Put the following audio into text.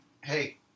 Hey